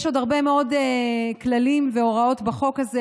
יש עוד הרבה מאוד כללים והוראות בחוק הזה,